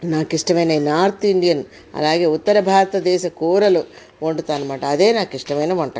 నాకు ఇష్టమైన ఈ నార్త్ ఇండియన్ అలాగే ఉత్తర భారతదేశ కూరలు వండుతానన్నమాట అదే నాకు ఇష్టమైన వంటకం